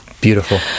Beautiful